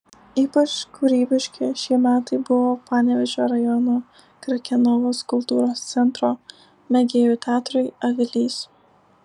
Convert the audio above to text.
ypač kūrybiški šie metai buvo panevėžio rajono krekenavos kultūros centro mėgėjų teatrui avilys